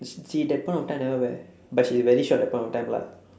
she she that point of time never wear but she very short at that point of time lah